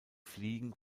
fliegen